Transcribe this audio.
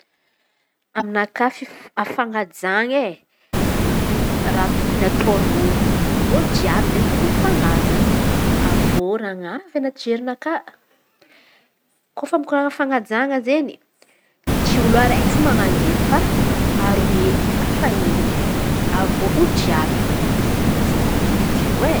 Aminakà fifa fanajana e! Raha tôkony ataôny olo olo jiàby izen̈y tokony hifanaja. Avy eo raha navy anaty fijerinakà kôfa mikoran̈a fanajana izen̈y tsy olo araiky fô manan̈o izen̈y fa fara faheliny aolo roa avy eo olo jiàby; izen̈y izen̈y izy io e!